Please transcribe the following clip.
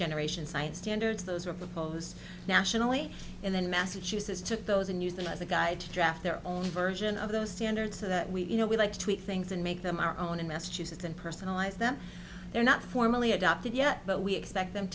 generation science standards those were proposed nationally and then massachusetts took those and use them as a guide to draft their own version of the standard so that we you know we like to tweak things and make them our own in massachusetts and personalize them they're not formally adopted yet but we expect them